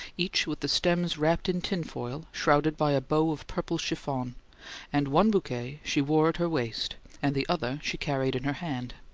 each with the stems wrapped in tin-foil shrouded by a bow of purple chiffon and one bouquet she wore at her waist and the other she carried in her hand.